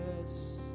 yes